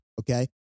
Okay